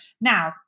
Now